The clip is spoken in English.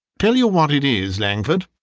tell you what it is, langford,